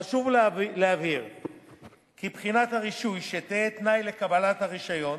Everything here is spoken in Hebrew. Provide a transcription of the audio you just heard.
חשוב להבהיר כי בחינת הרישוי שתהא תנאי לקבלת הרשיון